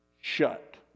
Shut